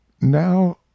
Now